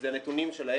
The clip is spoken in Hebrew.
אלה נתונים שלהם.